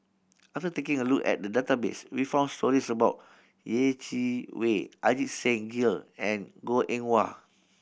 after taking a look at the database we found stories about Yeh Chi Wei Ajit Singh Gill and Goh Eng Wah